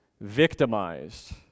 victimized